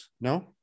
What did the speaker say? no